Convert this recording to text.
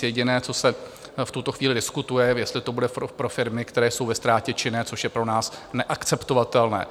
Jediné, co se v tuto chvíli diskutuje, jestli to bude pro firmy, které jsou ve ztrátě, či ne, což je pro nás neakceptovatelné.